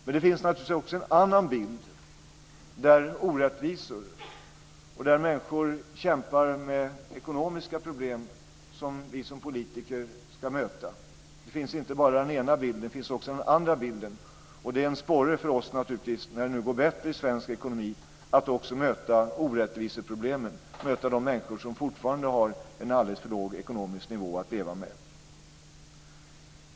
Men det finns naturligtvis också en annan bild - av orättvisor, av människor som kämpar med ekonomiska problem - som vi som politiker ska möta. Det finns inte bara den ena bilden; det finns också den andra bilden. Det är naturligtvis en sporre för oss, när det nu går bättre för svensk ekonomi, att också möta orättviseproblemen, möta de människor som fortfarande har en alldeles för låg ekonomisk nivå att leva på.